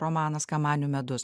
romanas kamanių medus